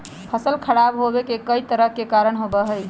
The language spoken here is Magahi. फसल खराब होवे के कई तरह के कारण होबा हई